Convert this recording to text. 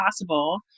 possible